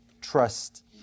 trust